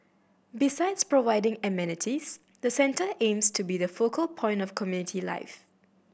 besides providing amenities the centre aims to be the focal point of community life